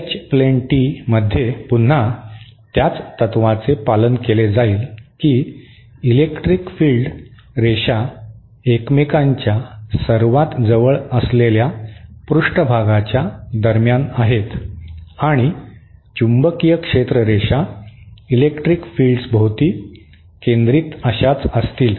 H plane T मध्ये पुन्हा त्याच तत्त्वाचे पालन केले जाईल की इलेक्ट्रिक फील्ड रेषा एकमेकांच्या सर्वात जवळ असलेल्या पृष्ठभागाच्या दरम्यान आहेत आणि चुंबकीय क्षेत्र रेषा इलेक्ट्रिक फील्ड्सभोवती केंद्रित अशाच असतील